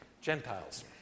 Gentiles